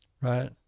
Right